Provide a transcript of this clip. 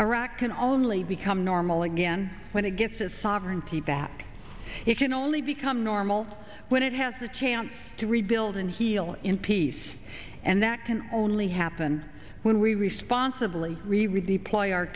iraq can only become normal again when it gets its sovereignty back it can only become normal when it has a chance to rebuild and heal in peace and that can only happen when we responsibly redeploy our